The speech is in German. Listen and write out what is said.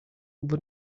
wurden